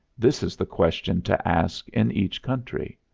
this is the question to ask in each country.